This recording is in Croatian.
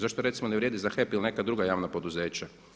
Zašto recimo ne vrijedi za HEP ili neka druga javna poduzeća?